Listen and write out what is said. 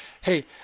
hey